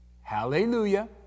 Hallelujah